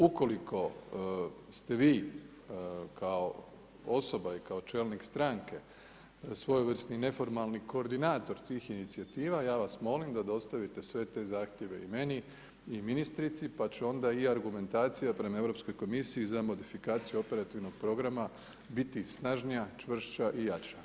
Ukoliko ste vi kao osoba i kao čelnik stranke svojevrsni neformalni koordinator tih inicijativa, ja vas molim da dostavite sve te zahtjeve i meni i ministrici pa ću onda i ja argumentacija prema Europskoj komisiji za modifikaciju operativnog programa biti snažnija, čvršća i jača.